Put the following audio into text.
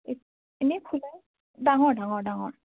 এনেই ডাঙৰ ডাঙৰ ডাঙৰ